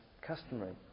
customary